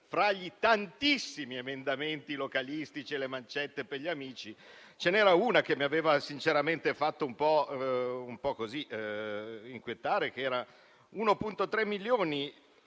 fra i tantissimi emendamenti localistici e le mancette per gli amici, ce n'era una che mi aveva sinceramente fatto inquietare, che erano gli 1,3 milioni